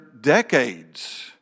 decades